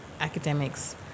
academics